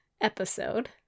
episode